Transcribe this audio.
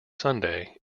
sunday